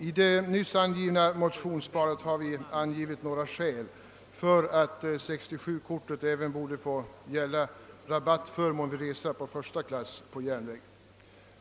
I våra motioner har vi angivit några skäl för att 67-kortet borde berättiga till rabatt även vid resa i första klass på järnväg.